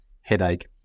headache